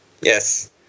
Yes